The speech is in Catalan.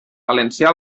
valencià